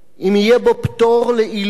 אם יהיה בו פטור לעילויים,